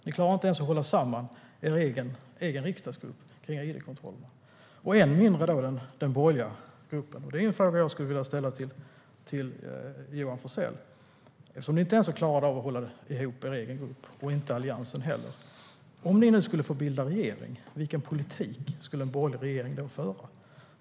Ni klarar inte ens att hålla samman er egen riksdagsgrupp när det gällde id-kontrollerna - än mindre den borgerliga gruppen. Detta är en fråga jag skulle vilja ställa till Johan Forssell. Eftersom ni inte ens har klarat av att hålla ihop er egen partigrupp och inte Alliansen heller, om ni nu skulle få bilda regering, vilken politik skulle en borgerlig regering då föra?